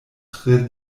tre